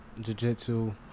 jujitsu